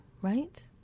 right